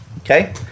okay